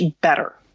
better